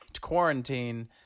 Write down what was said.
quarantine